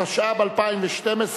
התשע"ב 2012,